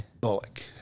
Bullock